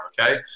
okay